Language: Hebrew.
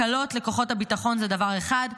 הקלות לכוחות הביטחון זה דבר אחד,